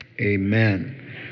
amen